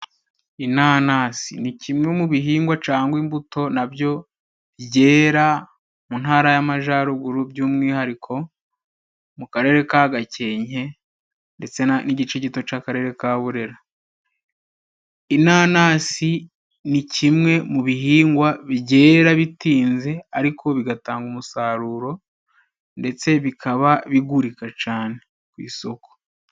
Inanasi ni kimwe mu bihingwa cangwa imbuto nabyo byera mu ntara y'Amajaruguru by'umwihariko, mu karere ka Gakenke n'igice gito c'akarere ka Burera. Inanasi ni kimwe mu bihingwa byera bitinze ariko bigatanga umusaruro ndetse bikaba bigurika cane ku isoko.